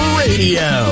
radio